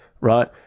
Right